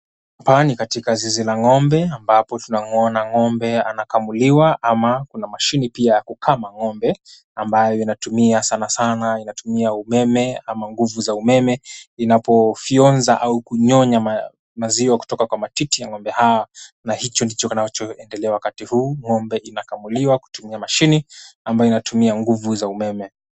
Hapa ni katika zizi la ng'ombe ambapo tunamwona ng'ombe anakamuliwa ama kuna mashini pia ya kukama ng'ombe ambayo inatumia sana sana inatumia umeme ama nguvu za umeme inapofyonza au kunyonya maziwa kutoka kwa matiti ya ng'ombe hao na hicho ndicho kinachoendelea wakati huu ng'ombe inakamuliwa kutumia mashini ambayo inatumia nguvu za umeme.